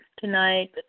tonight